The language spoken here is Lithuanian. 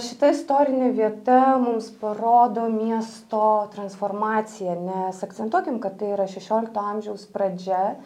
šita istorinė vieta mums parodo miesto transformaciją nes akcentuokim kad tai yra šešiolikto amžiaus pradžia